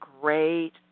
great